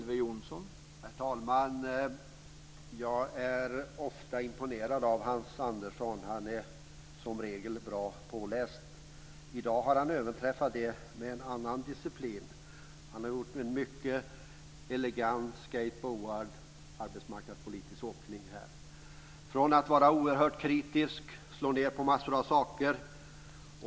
Herr talman! Jag är ofta imponerad av Hans Andersson. Han är som regel bra påläst. I dag har han överträffat det med en annan disciplin. Han har gjort en mycket elegant escape of word, en arbetsmarknadspolitisk åkning. Först är han oerhört kritisk och slår ned på massor av saker.